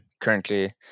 currently